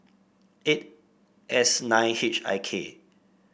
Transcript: eight S nine H I K